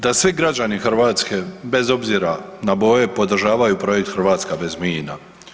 da svi građani Hrvatske bez obzira na boje podržavaju projekt Hrvatska bez mina.